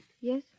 Yes